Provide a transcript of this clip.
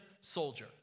soldier